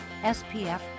SPF